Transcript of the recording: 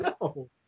No